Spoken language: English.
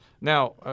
Now